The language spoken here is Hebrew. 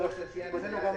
לפי הנחיית